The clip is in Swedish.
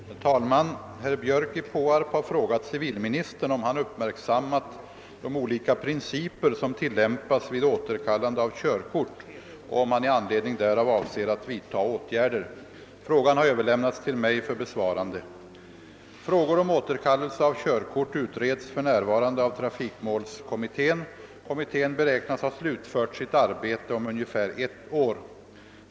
Herr talman! Herr Björk i Påarp har frågat civilministern om han uppmärksammat de olika principer som tillämpas vid återkallande av körkort och om han i anledning därav avser att vidta åtgärder. Frågan har överlämnats till mig för besvarande. Frågor om återkallelse av körkort utreds för närvarande av trafikmålskommittén. Kommittén beräknas ha slutfört sitt arbete om ungefär ett år.